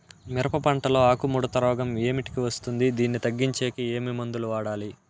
మిరప పంట లో ఆకు ముడత రోగం ఏమిటికి వస్తుంది, దీన్ని తగ్గించేకి ఏమి మందులు వాడాలి?